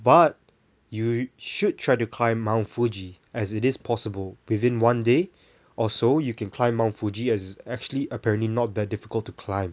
but you should try to climb mount fuji as it is possible within one day also you can climb mount fuji as actually apparently not that difficult to climb